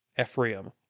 Ephraim